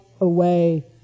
away